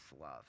love